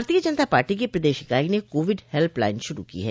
भारतीय जनता पार्टी की प्रदेश इकाई ने कोविड हेल्प लाइन शुरू की है